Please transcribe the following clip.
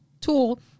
tool